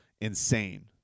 insane